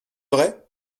vrai